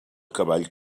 cavall